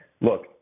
look